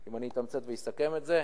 אם אני אתמצת ואסכם את זה,